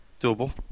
Doable